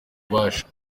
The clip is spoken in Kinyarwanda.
ububasha